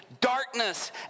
darkness